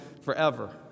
forever